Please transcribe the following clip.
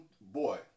boy